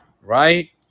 right